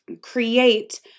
create